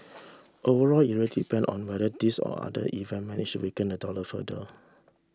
overall it really depend on whether these or other event manage weaken the dollar further